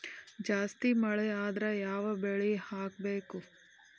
ಜಾಸ್ತಿ ಮಳಿ ಆದ್ರ ಯಾವ ಬೆಳಿ ಹಾಕಬೇಕು?